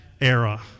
era